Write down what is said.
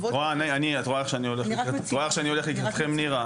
את רואה איך שאנו הולך לקראתכם, נירה?